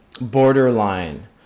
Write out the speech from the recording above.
Borderline